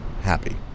happy